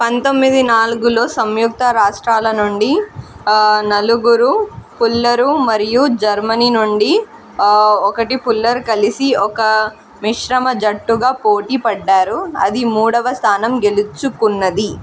పంతొమ్మిది నాలుగులో సంయుక్త రాష్ట్రాల నుండి నలుగురు పుల్లరు మరియు జర్మనీ నుండి ఒకటి పుల్లర్ కలిసి ఒక మిశ్రమ జట్టుగా పోటీ పడ్డారు అది మూడవ స్థానం గెలుచుకున్నది